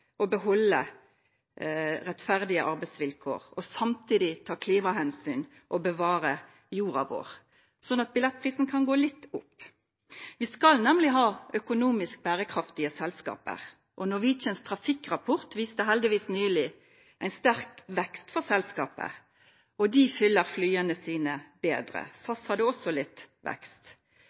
å beholde rettferdige arbeidsvilkår og samtidig ta klimahensyn og bevare jorda vår, sånn at billettprisen kan gå litt opp. Vi skal nemlig ha økonomisk bærekraftige selskaper. Norwegians trafikkrapport viste heldigvis nylig en sterk vekst for selskapet, og de fyller flyene sine bedre. SAS hadde også litt vekst.